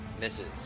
misses